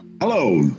Hello